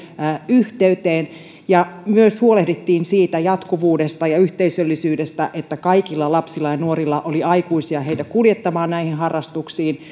yhteyteen ja myös huolehdittiin siitä jatkuvuudesta ja yhteisöllisyydestä siitä että kaikilla lapsilla ja nuorilla oli aikuisia heitä kuljettamaan näihin harrastuksiin